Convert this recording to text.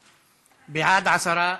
בעד, 10,